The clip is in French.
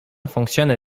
fonctionnent